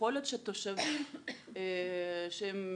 שיכול להיות שתושבים שקשה להם